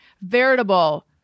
veritable